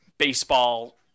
baseball